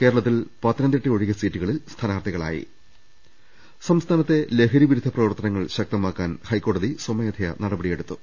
കേരളത്തിൽ പത്തനംതിട്ട ഒഴികെ സീറ്റുകളിൽ സ്ഥാനാർത്ഥികളായി സംസ്ഥാനത്തെ ലഹരി വിരുദ്ധ പ്രവർത്തനങ്ങൾ ശക്തമാക്കാൻ ഹൈക്കോടതി സ്വമേധയാ നടപടിയെടുത്തു